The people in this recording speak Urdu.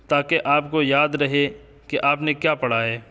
تا کہ آپ کو یاد رہے کہ آپ نے کیا پڑھا ہے